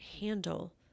handle